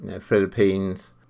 Philippines